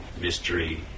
mystery